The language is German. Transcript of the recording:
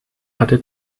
hatte